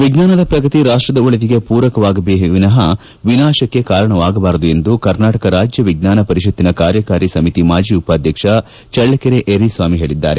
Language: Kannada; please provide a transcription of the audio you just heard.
ವಿಜ್ಞಾನದ ಪ್ರಗತಿ ರಾಷ್ಟದ ಒಳಿತಿಗೆ ಪೂರಕವಾಗಬೇಕೇವಿನಾಃ ವಿನಾಶಕ್ಕೆ ಕಾರಣವಾಗಬಾರದು ಎಂದು ಕರ್ನಾಟಕ ರಾಜ್ಯ ವಿಜ್ಞಾನ ಪರಿಷಕ್ತಿನ ಕಾರ್ಯಕಾರಿ ಸಮಿತಿ ಮಾಜಿ ಉಪಾಧ್ಯಕ್ಷ ಚಳ್ಳಕೆರೆ ಯರ್ರೀಸ್ವಾಮಿ ಹೇಳಿದರು